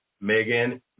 Megan